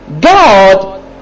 God